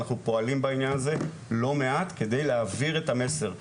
אנחנו פועלים בעניין הזה לא מעט כדי להעביר את המסר.